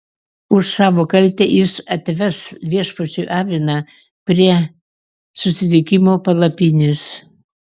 už savo kaltę jis atves viešpačiui aviną prie susitikimo palapinės